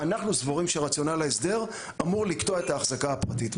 אנחנו סבורים שרציונל ההסדר אמור לקטוע את ההחזקה הפרטית.